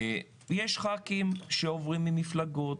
יש ח"כים שעוברים מפלגות,